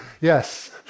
Yes